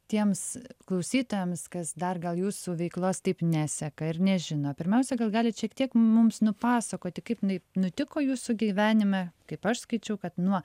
tiems klausytojams kas dar gal jūsų veiklos taip neseka ir nežino pirmiausia gal galit šiek tiek mums nupasakoti kaip jinai nutiko jūsų gyvenime kaip aš skaičiau kad nuo